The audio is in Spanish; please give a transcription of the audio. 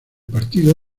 partido